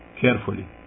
carefully